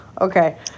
okay